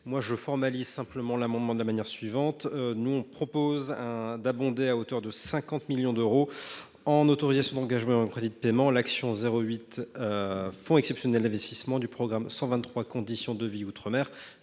je formalise simplement l’amendement de la manière suivante : abonder à hauteur de 50 millions d’euros d’autorisations d’engagement et de crédits de paiement l’action n° 08 « Fonds exceptionnel d’investissement » du programme 123 « Conditions de vie outre mer